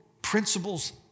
principles